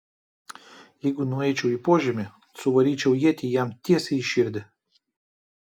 jeigu nueičiau į požemį suvaryčiau ietį jam tiesiai į širdį